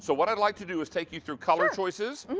so what i'd like to do is take you through color choices.